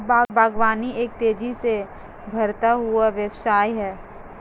बागवानी एक तेज़ी से उभरता हुआ व्यवसाय है